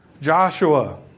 Joshua